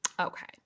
okay